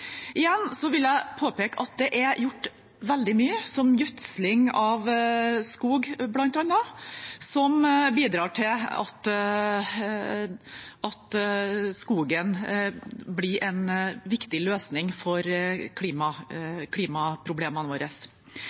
Igjen vil jeg påpeke at det er gjort veldig mye – som gjødsling av skog, bl.a., som bidrar til at skogen blir viktig for å løse klimaproblemene våre.